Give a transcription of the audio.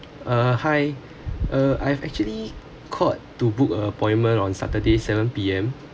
uh hi uh I've actually call to book a appointment on saturday seven P_M